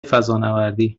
فضانوردی